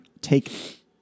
take